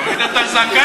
תוריד את הזקן.